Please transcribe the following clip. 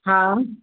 हा